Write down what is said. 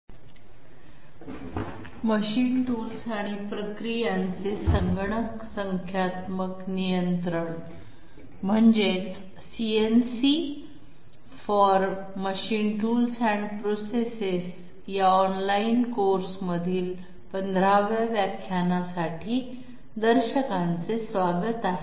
"computer numerical control of machine tools and process" या online कोर्समधील 15 व्या व्याख्यानासाठी दर्शकांचे स्वागत आहे